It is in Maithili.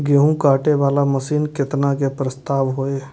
गेहूँ काटे वाला मशीन केतना के प्रस्ताव हय?